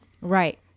Right